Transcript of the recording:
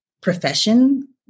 profession